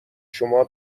شما